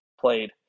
played